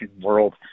world